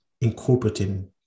incorporating